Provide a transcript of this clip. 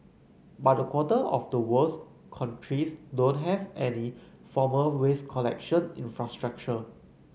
but a quarter of the world's countries don't have any formal waste collection infrastructure